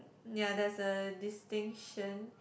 ya there's a distinction